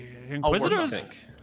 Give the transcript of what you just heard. Inquisitors